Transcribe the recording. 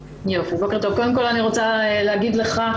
קודם כול אני רוצה להגיד לך,